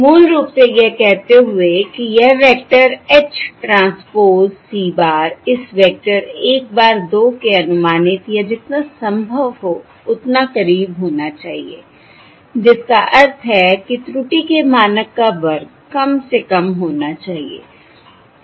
मूल रूप से यह कहते हुए कि यह vector H transpose c bar इस वेक्टर 1 bar 2 के अनुमानित या जितना संभव हो उतना करीब होना चाहिए जिसका अर्थ है कि त्रुटि के मानक का वर्ग कम से कम होना चाहिए